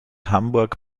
hamburg